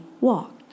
walked